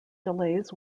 delays